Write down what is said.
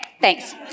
thanks